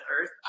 earth